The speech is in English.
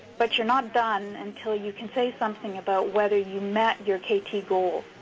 but you're not done until you can say something about whether you met your kt goals.